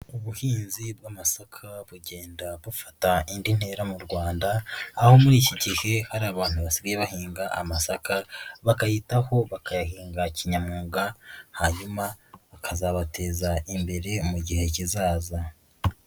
Ubuhinzi bw'amasaka bugenda bufata indi ntera mu Rwanda, aho muri iki gihe hari abantu basigaye bahinga amasaka bakayitaho, bakayahinga kinyamwuga hanyuma akazabateza imbere mu gihe kizaza.